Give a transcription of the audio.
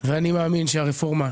ברפורמות